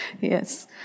Yes